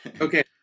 Okay